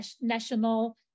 National